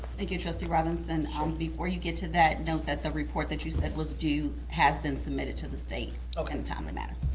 thank you, trustee robinson. um before you get to that, note that the report that you said was due has been submitted to the state in a timely manner.